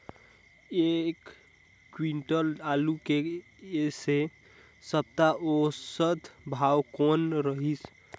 एक क्विंटल आलू के ऐ सप्ता औसतन भाव कौन रहिस?